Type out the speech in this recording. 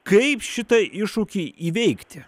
kaip šitą iššūkį įveikti